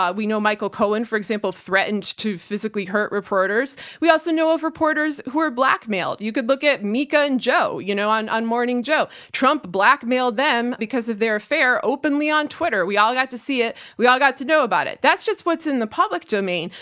um we know michael cohen, for example, threatened to physically hurt reporters. we also know of reporters who were blackmailed. you could look at mika and joe, you know on on morning joe. trump blackmailed them because of their affair openly on twitter. we all got to see it. we all got to know about it. that's just what's in the public domain.